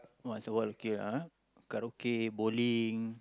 once a while okay uh karaoke bowling